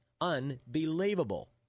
Unbelievable